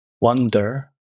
wonder